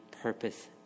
purpose